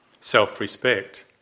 Self-respect